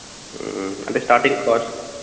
అంటే starting cost